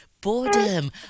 Boredom